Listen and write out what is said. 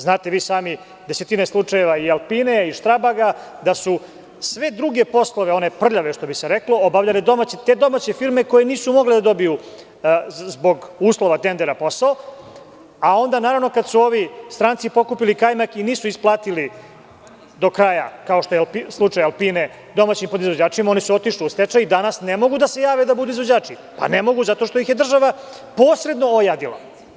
Znate i vi sami, desetine slučajeva i „Alpine“ i „Štrabaga“, da su sve duge poslove one prljave što bi se reklo, obavljale te domaće firme koje nisu mogle da dobiju zbog uslova tendera posao, a onda naravno kada su ovi stranci pokupili kajmak i nisu isplatili do kraja kao što slučaj „Alpine“ domaćim proizvođačima oni su otišli u stečaj i danas ne mogu da se jave da budu izvođači, pa ne mogu zato što ih je država posredno ojadila.